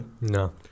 No